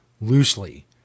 loosely